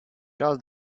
does